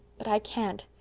but i can't.